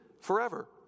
forever